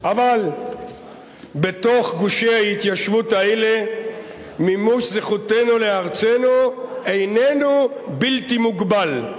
אבל בתוך גושי ההתיישבות האלה מימוש זכותנו לארצנו איננו בלתי מוגבל,